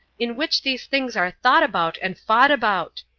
in which these things are thought about and fought about.